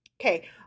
okay